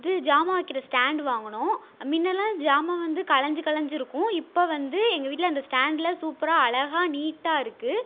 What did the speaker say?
இது ஜாமான் வைக்கிற ஸ்டாண்டு வாங்கினோம் மின்னெலாம் ஜாமான் வந்து கலஞ்சு கலைஞ்சிருக்கும் இப்போ வந்து எங்கள் வீட்டில் அந்த ஸ்டாண்டில் சூப்பராக அழகா நீட்டாயிருக்கு